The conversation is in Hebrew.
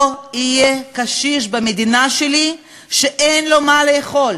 לא יהיה קשיש במדינה שלי שאין לו מה לאכול.